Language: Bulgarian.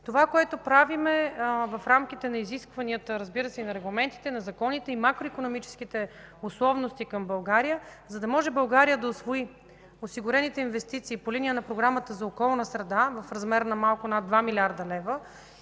Това е, което правим в рамките на изискванията, разбира се, и на регламентите, на законите, и макроикономическите условности към България, за да може България да усвои осигурените инвестиции по линия на Програмата за околна среда в размер на над 2 млрд. лв.